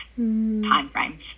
timeframes